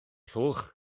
llwch